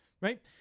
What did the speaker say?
right